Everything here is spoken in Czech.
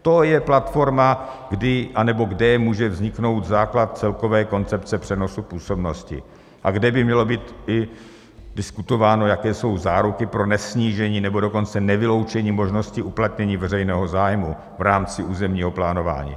To je platforma, kdy a nebo kde může vzniknout základ celkové koncepce přenosu působnosti a kde by mělo být i diskutováno, jaké jsou záruky pro nesnížení nebo dokonce nevyloučení možností uplatnění veřejného zájmu v rámci územního plánování.